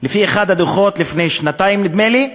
לפי אחד הדוחות, לפני שנתיים, נדמה לי,